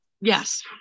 Yes